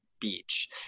beach